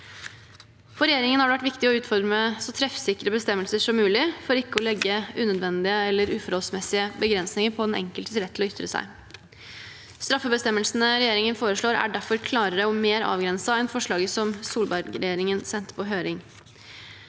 For regjeringen har det vært viktig å utforme så treffsikre bestemmelser som mulig for ikke å legge unødvendige eller uforholdsmessige begrensninger på den enkeltes rett til å ytre seg. Straffebestemmelsene regjeringen foreslår, er derfor klarere og mer avgrenset enn forslaget Solberg-regjeringen sendte på høring.